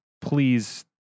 please